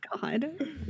God